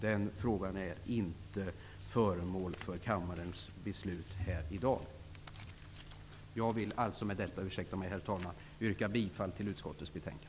Den frågan är nu inte föremål för kammarens beslut. Herr talman! Med det anförda vill jag yrka bifall till hemställan i utskottets betänkande.